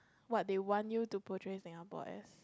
what they want you to progress Singapore as